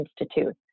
Institute